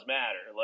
matter